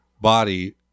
body